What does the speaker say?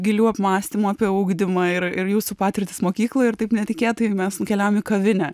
gilių apmąstymų apie ugdymą ir ir jūsų patirtis mokykloj ir taip netikėtai mes nukeliavom į kavinę